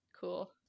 Cool